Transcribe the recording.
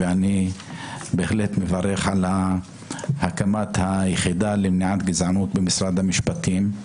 ואני בהחלט מברך על הקמת היחידה למניעת גזענות במשרד המשפטים,